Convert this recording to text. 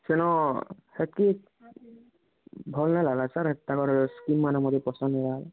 ସେନୋ ସେଠି ଭଲ ନାଇଁ ଲାଗଲା ସାର୍ ଏଇଟା ଷ୍ଟ୍ରିମ୍ ମୋର ପସନ୍ଦ ନୁହଁ